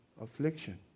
affliction